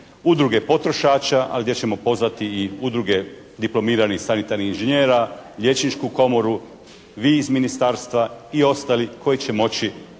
udruge potrošača, ali gdje ćemo pozvati i udruge diplomiranih sanitarnih inženjera, liječničku komoru, vi iz ministarstva i ostali koji će moći